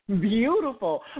beautiful